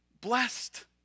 blessed